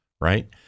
right